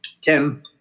Ken